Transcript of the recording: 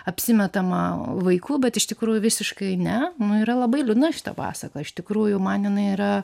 apsimetama vaikų bet iš tikrųjų visiškai ne nu yra labai liūdna šita pasaka iš tikrųjų man jinai yra